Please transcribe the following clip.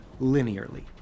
linearly